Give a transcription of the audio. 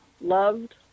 loved